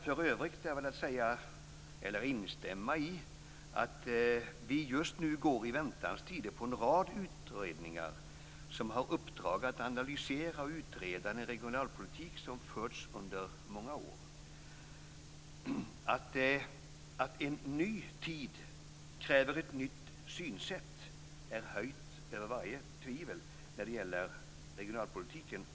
För övrigt är väl att säga, eller instämma i, att vi just nu går i väntans tider på en rad utredningar som har uppdrag att analysera och utreda den regionalpolitik som förts under många år. Att en ny tid kräver ett nytt synsätt är höjt över varje tvivel också när det gäller regionalpolitiken.